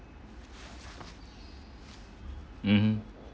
mmhmm